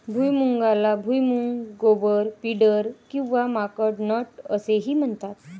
भुईमुगाला भुईमूग, गोबर, पिंडर किंवा माकड नट असेही म्हणतात